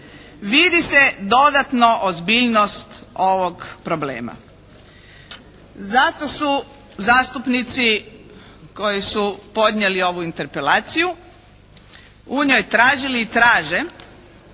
vidi se dodatno ozbiljnost ovog problema. Zato su zastupnici koji su podnijeli ovu interpelaciju u njoj tražili i traže